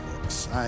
books